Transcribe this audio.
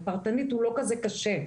הפרטנית הוא לא כזה קשה,